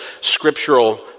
scriptural